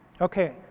Okay